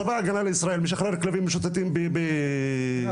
צבא הגנה לישראל משחרר כלבים משוטטים ליד רהט.